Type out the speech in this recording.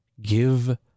give